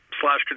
slash